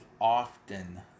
often